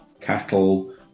cattle